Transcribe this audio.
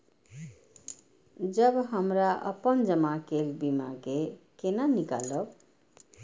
जब हमरा अपन जमा केल बीमा के केना निकालब?